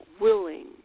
willing